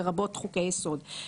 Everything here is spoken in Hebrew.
לרבות חוקי יסוד.